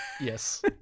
yes